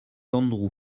andrew